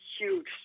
huge